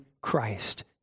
Christ